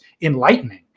enlightening